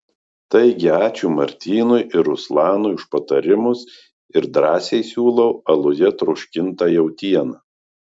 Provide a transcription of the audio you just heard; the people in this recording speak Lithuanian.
taigi ačiū martynui ir ruslanui už patarimus ir drąsiai siūlau aluje troškintą jautieną